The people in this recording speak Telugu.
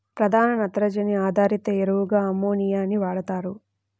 ప్రధాన నత్రజని ఆధారిత ఎరువుగా అమ్మోనియాని వాడుతారు